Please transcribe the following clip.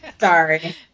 Sorry